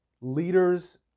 leaders